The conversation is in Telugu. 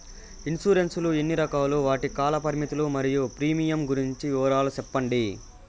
ఇన్సూరెన్సు లు ఎన్ని రకాలు? వాటి కాల పరిమితులు మరియు ప్రీమియం గురించి వివరాలు సెప్పండి?